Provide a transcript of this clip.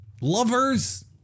lovers